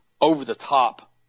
over-the-top